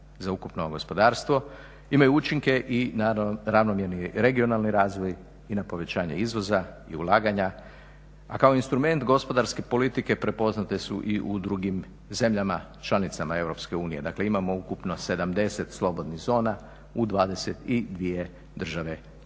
za ukupno gospodarstvo, imaju učinke i na ravnomjerni regionalni razvoj i na povećanje izvoza i ulaganja, a kao instrument gospodarske politike prepoznate su i u drugim zemljama članicama EU. Dakle, imamo ukupno 70 slobodnih zona u 22 države